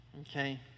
okay